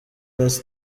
plus